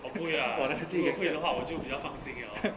我不会 lah 不容会的话我就比较放心 liao lor